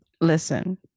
listen